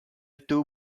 two